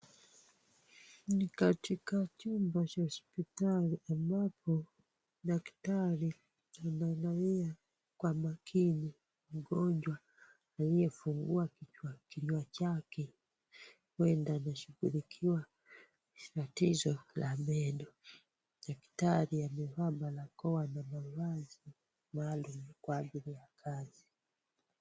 Ni katika chumba cha hospitali ambapo daktari anaangalia kwa makini mgonjwa aliyefungua kinywa chake huenda anashughulikiwa tatizo la meno. Daktari amevaa barakoa na mavazi maalum kwa ajili ya kazi.